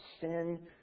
sin